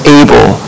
able